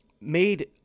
made